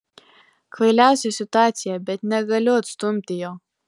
kvailiausia situacija bet negaliu atstumti jo